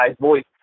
voice